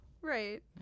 Right